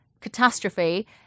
Catastrophe